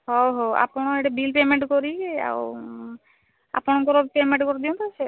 ହଉ ହଉ ଆପଣ ଏଇଠି ବିଲ୍ ପ୍ୟାମେଣ୍ଟ୍ କରିକି ଆଉ ଆପଣଙ୍କର ପ୍ୟାମେଣ୍ଟ୍ କରିଦିଅନ୍ତୁ ସେ